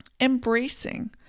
embracing